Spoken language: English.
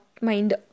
mind